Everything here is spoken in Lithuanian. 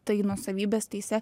tai nuosavybės teise